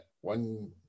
one